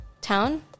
town